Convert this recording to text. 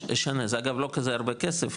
שאגב זה לא כזה הרבה כסף,